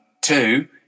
two